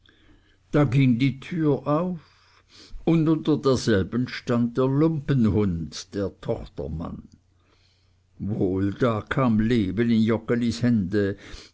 da ging die tür auf und unter derselben stand der lumpenhund der tochtermann wohl da kam leben in joggelis hände